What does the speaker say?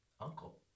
Uncle